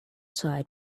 side